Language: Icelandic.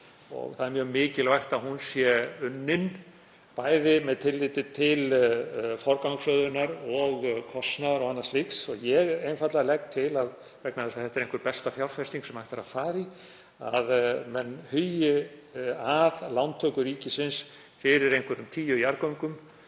og mjög mikilvægt að hún sé unnin, bæði með tilliti til forgangsröðunar og kostnaðar og annars slíks. Ég legg einfaldlega til, vegna þess að það er einhver besta fjárfesting sem hægt væri að fara í, að menn hugi að lántöku ríkisins fyrir kannski tíu jarðgöngum